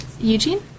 Eugene